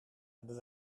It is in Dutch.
hebben